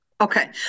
Okay